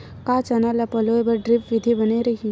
का चना ल पलोय बर ड्रिप विधी बने रही?